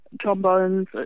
trombones